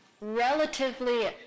relatively